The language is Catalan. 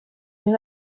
mil